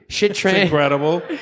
incredible